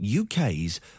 UK's